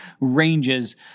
ranges